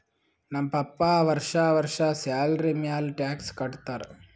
ನಮ್ ಪಪ್ಪಾ ವರ್ಷಾ ವರ್ಷಾ ಸ್ಯಾಲರಿ ಮ್ಯಾಲ ಟ್ಯಾಕ್ಸ್ ಕಟ್ಟತ್ತಾರ